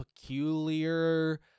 peculiar